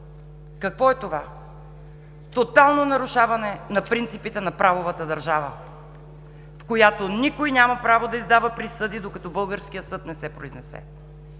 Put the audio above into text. Какво е това? Тотално нарушаване на принципите на правовата държава, в която никой няма право да издава присъди, докато българският съд не се произнесе.